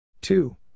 two